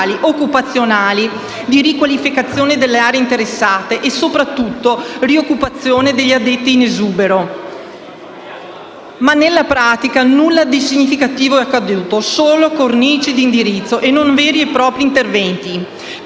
occupazionali, di riqualificazione delle aree interessate e soprattutto rioccupazione degli addetti in esubero. Ma nella pratica nulla di significativo è accaduto: solo cornici di indirizzo e non veri e propri interventi.